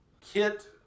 Kit